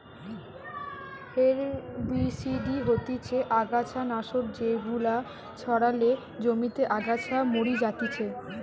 herbicide হতিছে অগাছা নাশক যেগুলা ছড়ালে জমিতে আগাছা মরি যাতিছে